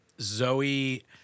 Zoe